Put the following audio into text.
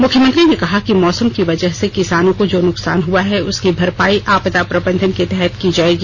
मुख्यमंत्री ने कहा कि मौसम की वजह से किसानों को जो नुकसान हुआ है उसकी भरपायी आपदा प्रबंधन के तहत की जायेगी